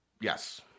Yes